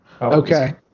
Okay